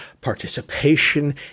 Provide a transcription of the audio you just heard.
participation